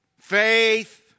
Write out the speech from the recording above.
faith